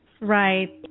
Right